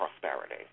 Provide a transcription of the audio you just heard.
prosperity